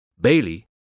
Bailey